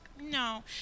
No